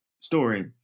story